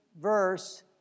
verse